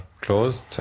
closed